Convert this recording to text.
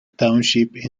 township